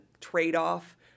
trade-off